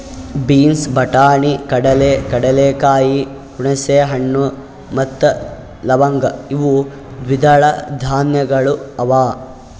beans, ಬಟಾಣಿ, ಕಡಲೆ, ಕಡಲೆಕಾಯಿ, ಹುಣಸೆ ಹಣ್ಣು ಮತ್ತ ಲವಂಗ್ ಇವು ದ್ವಿದಳ ಧಾನ್ಯಗಳು ಅವಾ